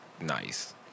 nice